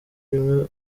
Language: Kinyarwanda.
rimwe